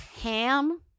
Ham